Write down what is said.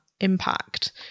impact